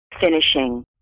finishing